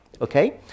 okay